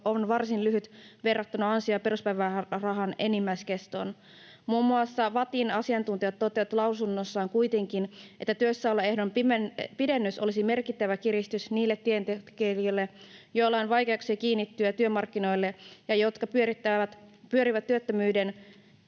on varsin lyhyt verrattuna ansio- ja peruspäivärahan enimmäiskestoon. Muun muassa VATTin asiantuntijat toteavat lausunnossaan kuitenkin, että työssäoloehdon pidennys olisi merkittävä kiristys niille työntekijöille, joilla on vaikeuksia kiinnittyä työmarkkinoille ja jotka pyörivät työttömyyden